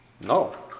No